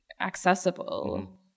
accessible